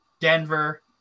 Denver